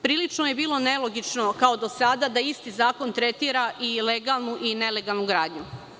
Prilično je bilo nelogično, kao do sada, da isti zakon tretira i legalnu i nelegalnu gradnju.